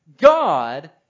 God